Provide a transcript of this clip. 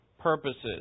purposes